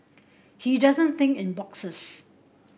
he doesn't think in boxes